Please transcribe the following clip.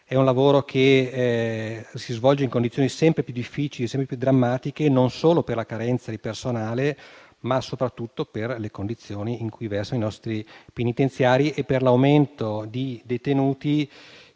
È un lavoro che si svolge in condizioni sempre più difficili e drammatiche, non solo per la carenza di personale, ma soprattutto per le condizioni in cui versano i nostri penitenziari e per l'aumento dei detenuti,